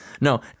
No